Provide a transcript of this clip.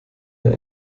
der